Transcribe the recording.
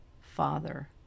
father